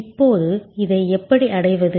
இப்போது இதை எப்படி அடைவது